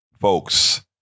folks